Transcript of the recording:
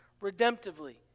redemptively